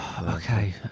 Okay